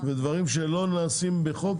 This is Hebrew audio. ודברים שלא נעשים בחוק,